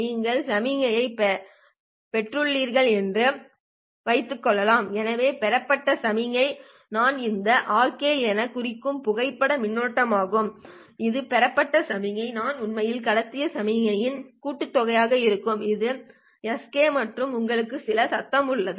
நீங்கள் சமிக்ஞையைப் பெற்றுள்ளீர்கள் என்று வைத்துக்கொள்வோம் எனவே பெறப்பட்ட சமிக்ஞை நான் இதை rk எனக் குறிக்கும் புகைப்பட மின்னோட்டமாகும் இது பெறப்பட்ட சமிக்ஞை நீங்கள் உண்மையில் கடத்திய சமிக்ஞையின் கூட்டுத்தொகையாக இருக்கும் இது sk மற்றும் உங்களுக்கு சில சத்தம் உள்ளது